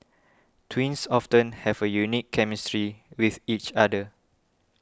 twins often have a unique chemistry with each other